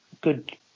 good